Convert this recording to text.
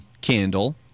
candle